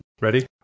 Ready